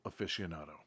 aficionado